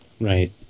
Right